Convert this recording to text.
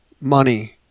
money